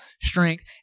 strength